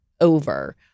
over